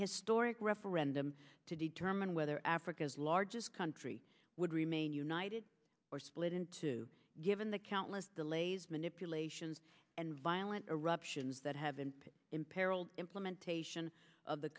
historic referendum to determine whether africa's largest country would remain united or split in two given the countless delays manipulations and violent eruptions that have been imperiled implementation of the